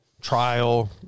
trial